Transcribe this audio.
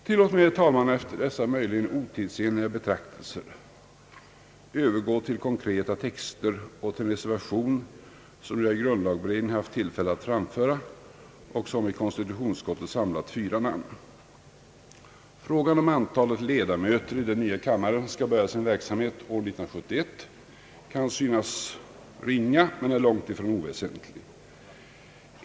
Tillåt mig, herr talman, efter dessa möjligen otidsenliga betraktelser övergå till konkreta texter och till en reservation som jag i grundlagberedningen haft tillfälle att framföra och som i konstitutionsutskottet samlat fyra namn. Frågan om antalet ledamöter i den nya kammaren, som skall börja sin verksamhet år 1971, kan synas ringa men är långt ifrån oväsentlig.